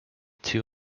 two